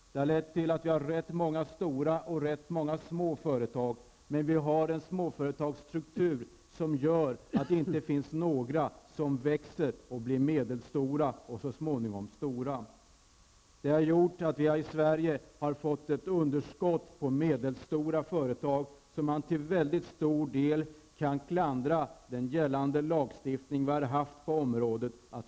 Detta har lett till att vi har rätt många stora och rätt många små företag, men vi har en småföretagsstruktur som gör att det inte finns några som växer och blir medelstora och så småningom stora. Detta har gjort att vi i Sverige har fått ett underskott på medelstora företag. Att det uppkommit kan vi till mycket stor del klandra den gällande lagstiftning vi har haft på området för.